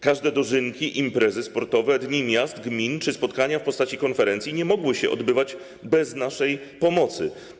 Każde dożynki, imprezy sportowe, dni miast, gmin czy spotkania w postaci konferencji nie mogły się odbywać bez naszej pomocy.